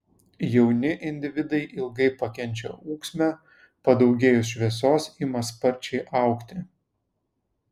jauni individai ilgai pakenčia ūksmę padaugėjus šviesos ima sparčiai augti